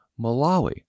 Malawi